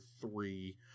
three